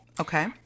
Okay